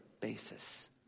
basis